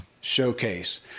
showcase